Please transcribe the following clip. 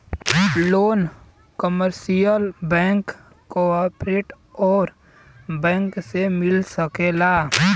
loan commercial bank cooperative bank से मिल सकेला